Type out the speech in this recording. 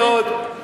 אני אשמח מאוד,